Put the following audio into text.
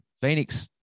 Phoenix